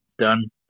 Done